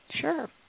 Sure